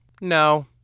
no